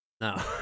No